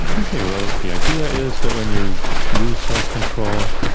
okay, well, the idea is that when you use self-control,